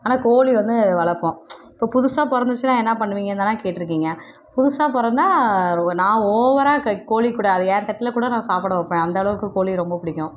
ஆனால் கோழி வந்து வளர்ப்போம் இப்போ புதுசாக பிறந்துச்சுனா என்ன பண்ணுவீங்கனு தான் கேட்டுருக்கீங்க புதுசாக பிறந்தா நான் ஓவராக க கோழிக்கூட அதை என் தட்டில் கூட நான் சாப்பாடு வைப்பேன் அந்த அளவுக்கு கோழி ரொம்ப பிடிக்கும்